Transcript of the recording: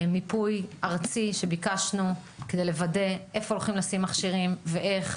מיפוי ארצי שביקשנו כדי לוודא איפה הולכים לשים מכשירים ואיך,